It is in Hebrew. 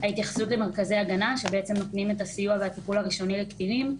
ההתייחסות למרכזי הגנה שבעצם נותנים את הסיוע והטיפול הראשוני לקטינים,